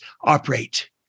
operate